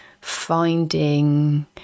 finding